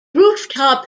rooftop